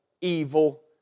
evil